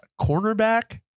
cornerback